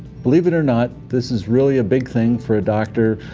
believe it or not, this is really a big thing for a doctor,